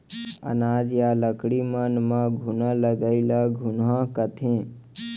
अनाज या लकड़ी मन म घुना लगई ल घुनहा कथें